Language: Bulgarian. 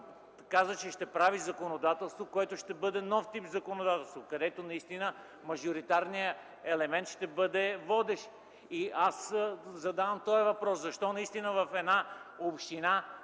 каза, че ще прави законодателство, което ще бъде нов тип законодателство, където наистина мажоритарният елемент ще бъде водещ. Аз задавам този въпрос: защо да не дадем